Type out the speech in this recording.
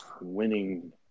winning